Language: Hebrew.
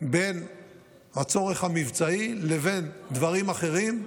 בין הצורך המבצעי לבין דברים אחרים,